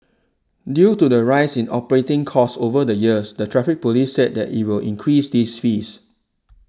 due to the rise in operating costs over the years the Traffic Police said that it will increase these fees